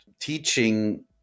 teaching